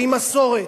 והיא מסורת,